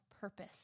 purpose